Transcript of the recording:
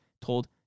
told